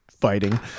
fighting